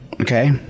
Okay